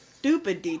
Stupid